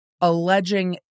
alleging